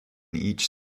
each